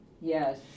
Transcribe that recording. Yes